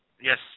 Yes